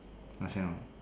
understand or not